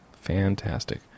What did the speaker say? Fantastic